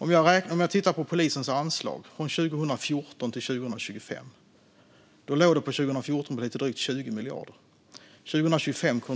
Om vi tittar på polisens anslag från 2014 till 2025 ser vi att det låg på lite drygt 20 miljarder år 2014.